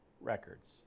records